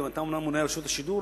כי אתה אומנם ממונה על רשות השידור,